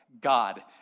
God